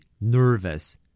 Nervous